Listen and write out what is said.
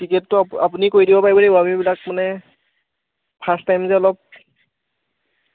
টিকেটো আপুনি কৰি দিব পাৰিব নি বাৰু আমিবিলাক মানে ফাৰ্ষ্ট টাইম যে অলপ